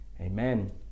Amen